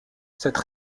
cette